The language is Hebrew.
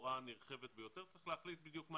תחלואה נרחבת ביותר צריך להחליט בדיוק.